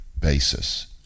basis